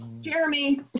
Jeremy